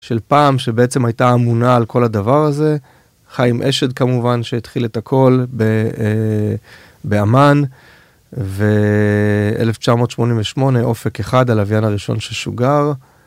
של פעם שבעצם הייתה אמונה על כל הדבר הזה, חיים אשד כמובן שהתחיל את הכל באמ"ן ו-1988 אופק אחד הלווין הראשון ששוגר.